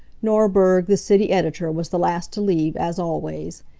norberg, the city editor, was the last to leave, as always.